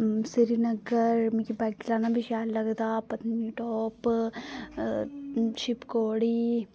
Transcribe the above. श्रीनगर चलाना बी शैल लगदा पत्तनीटाप शिव खोड़ी